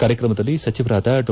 ಕಾರ್ಕಕಮದಲ್ಲಿ ಸಚಿವರಾದ ಡಾ